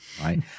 right